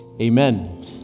Amen